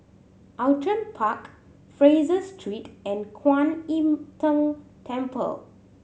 Outram Park Fraser Street and Kuan Im Tng Temple